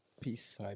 peace